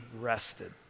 rested